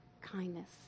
kindness